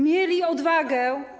Mieli odwagę.